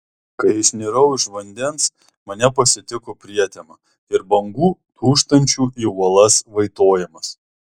kai išnirau iš vandens mane pasitiko prietema ir bangų dūžtančių į uolas vaitojimas